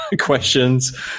questions